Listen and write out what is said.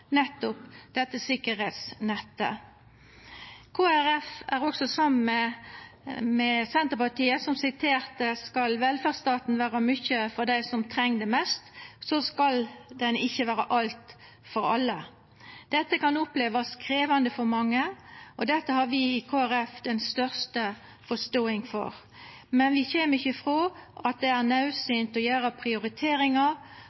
nettopp dette sikkerheitsnettet. Kristeleg Folkeparti er samd med Senterpartiet, som refererte til at velferdsstaten skal vera mykje for dei som treng det mest, men han skal ikkje vera alt for alle. Dette kan opplevast krevjande for mange, og det har vi i Kristeleg Folkeparti den største forståinga for, men vi kjem ikkje ifrå at det er